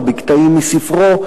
או בקטעים מספרו,